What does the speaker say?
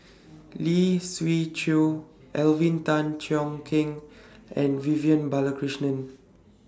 Lee Siew Choh Alvin Tan Cheong Kheng and Vivian Balakrishnan